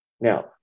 Now